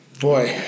Boy